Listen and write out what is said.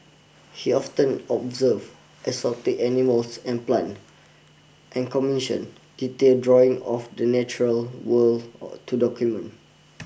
he often observe exotic animals and plant and commission detailed drawings of the natural world to document